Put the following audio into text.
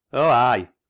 oh ay!